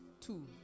two